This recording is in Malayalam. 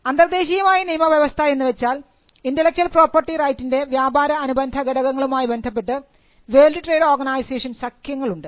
അന്തർദേശീയമായ നിയമവ്യവസ്ഥ എന്നുവച്ചാൽ ഇന്റെലക്ച്വൽ പ്രോപർട്ടി റൈറ്റിൻറെ വ്യാപാര അനുബന്ധമായ ഘടകങ്ങളുമായി ബന്ധപ്പെട്ട് വേൾഡ് ട്രേഡ് ഓർഗനൈസേഷൻ സഖ്യങ്ങൾ ഉണ്ട്